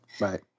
Right